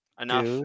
enough